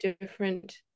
different